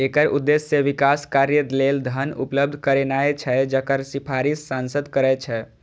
एकर उद्देश्य विकास कार्य लेल धन उपलब्ध करेनाय छै, जकर सिफारिश सांसद करै छै